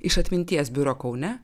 iš atminties biuro kaune